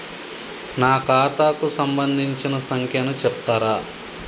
నా ఖాతా కు సంబంధించిన సంఖ్య ను చెప్తరా?